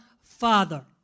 Father